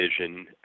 vision